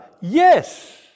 Yes